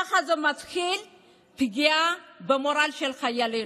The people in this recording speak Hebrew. ככה מתחילה פגיעה במורל של חיילינו.